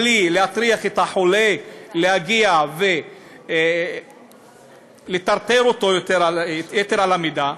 בלי להטריח את החולה להגיע ולטרטר אותו יתר על המידה,